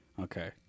Okay